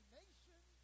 nation